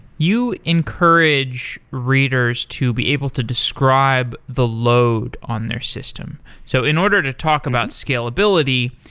you encourage readers to be able to describe the load on their system. so in order to talk about scalability,